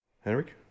Henrik